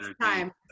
time